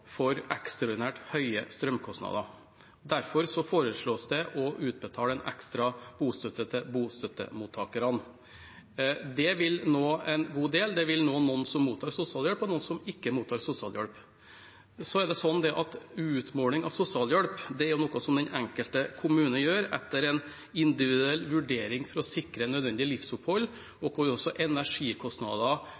for ekstraordinært høye strømkostnader. Derfor foreslås det å utbetale en ekstra bostøtte til bostøttemottakerne. Det vil nå en god del. Det vil nå noen som mottar sosialhjelp, og noen som ikke mottar sosialhjelp. Så er utmåling av sosialhjelp noe som den enkelte kommune gjør etter en individuell vurdering for å sikre nødvendig livsopphold, og